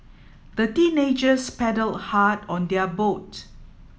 the teenagers paddled hard on their boat